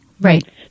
Right